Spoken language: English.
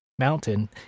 mountain